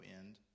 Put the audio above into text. end